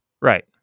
Right